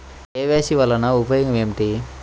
KYC వలన ఉపయోగం ఏమిటీ?